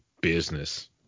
business